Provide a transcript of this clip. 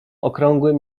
okrągłym